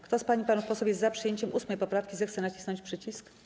Kto z pań i panów posłów jest za przyjęciem 8. poprawki, zechce nacisnąć przycisk.